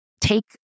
take